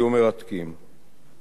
זו לא היתה רק שגרת עבודה,